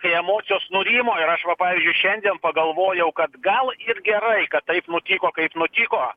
kai emocijos nurimo ir aš va pavyzdžiui šiandien pagalvojau kad gal ir gerai kad taip nutiko kaip nutiko